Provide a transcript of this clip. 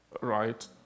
right